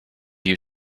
you